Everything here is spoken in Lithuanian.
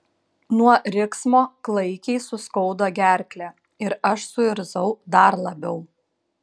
nuo riksmo klaikiai suskaudo gerklę ir aš suirzau dar labiau